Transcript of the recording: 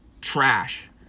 trash